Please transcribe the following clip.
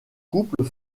couple